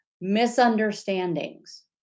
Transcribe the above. Misunderstandings